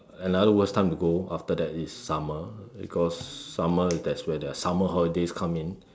another worst time to go after that is summer because summer that's where their summer holidays come in